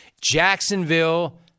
Jacksonville